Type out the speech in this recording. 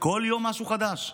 כל יום משהו חדש.